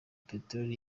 peteroli